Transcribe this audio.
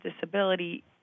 disability